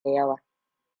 yawa